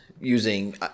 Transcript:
using